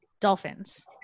dolphins